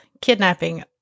kidnapping